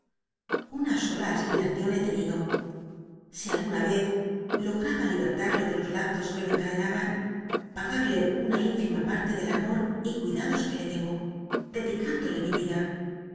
una sola aspiriteion he tenido si alguna vez lograba libertado de los lazos que lo encadenaban pagarlc una ínlima parle del amor y cuidados que le debo dedicándole mi vida